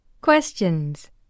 Questions